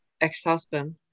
ex-husband